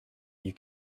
you